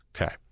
okay